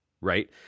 right